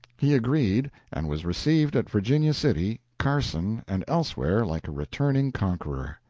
he agreed, and was received at virginia city, carson, and elsewhere like a returning conqueror.